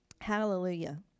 Hallelujah